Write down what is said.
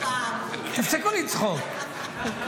תפסיקו לצחוק.